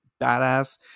badass